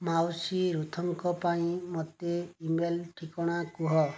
ମାଉସୀ ରୁଥ୍ଙ୍କ ପାଇଁ ମୋତେ ଇମେଲ୍ ଠିକଣା କୁହ